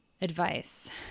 advice